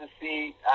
see